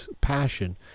passion